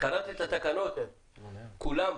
קראת את התקנות, כולן?